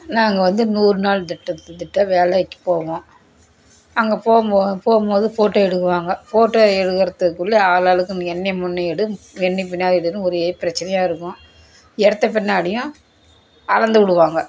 நாங்கள் வந்து நூறு நாள் திட்டம் திட்டம் வேலைக்கு போவோம் அங்கே போகும் போது போகும் போது ஃபோட்டோ எடுக்குவாங்க ஃபோட்டோ எடுக்கிறதுக்குள்ளே ஆளாளுக்கு என்னை முன்னே எடு என்னை பின்னால் எடுன்னு ஒரே பிரச்சினையா இருக்கும் எடுத்த பின்னாடியும் அளந்து விடுவாங்க